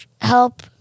help